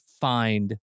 find